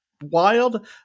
wild